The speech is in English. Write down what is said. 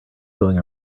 going